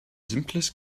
simples